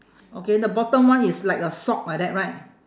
okay the bottom one is like a sock like that right